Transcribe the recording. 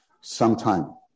sometime